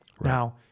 Now